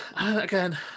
Again